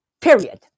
period